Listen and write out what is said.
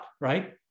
right